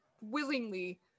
willingly